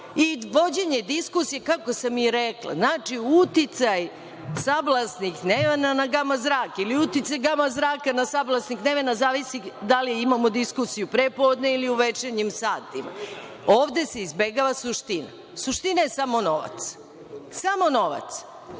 i vođenje diskusije kako sam i rekla. Znači, uticaj sablasnih neona na gama zrake, i uticaj gama zraka na sablasnih, zavisi da li imamo diskusiju pre podne ili u večernjim satima. Ovde se izbegava suština. Suština je samo novac. Samo novac.